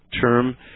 term